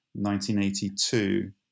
1982